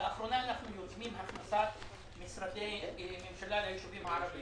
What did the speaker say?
לאחרונה אנחנו יוזמים הכנסת משרדי ממשלה ליישובים הערביים.